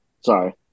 Sorry